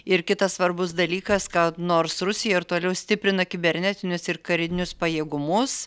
ir kitas svarbus dalykas kad nors rusija ir toliau stiprina kibernetinius ir karinius pajėgumus